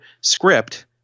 script